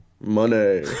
Money